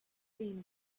been